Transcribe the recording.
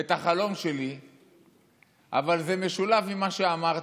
את החלום שלי אבל זה משולב עם מה שאמרת.